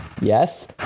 yes